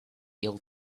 ill